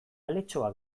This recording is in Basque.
aletxoa